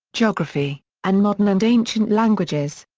geography, and modern and ancient languages.